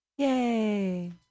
Yay